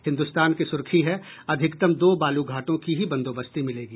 हिन्दुस्तान की सुर्खी है अधिकतम दो बालू घाटों की ही बंदोबस्ती मिलेगी